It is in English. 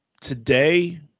today